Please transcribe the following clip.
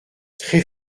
très